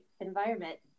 environment